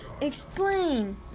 Explain